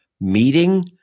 meeting